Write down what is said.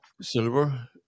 silver